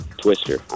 Twister